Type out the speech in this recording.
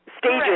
Stages